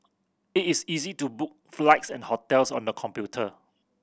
it is easy to book flights and hotels on the computer